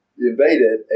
invaded